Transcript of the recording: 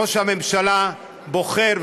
אבל ראש הממשלה בוחר,